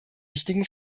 wichtigen